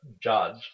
judge